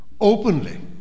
openly